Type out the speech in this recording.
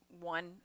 one